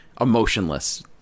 emotionless